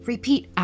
Repeat